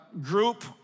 group